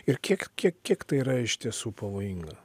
ir kiek kiek kiek tai yra iš tiesų pavojinga